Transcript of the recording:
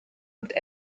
und